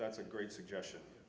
that's a great suggestion